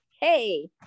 Hey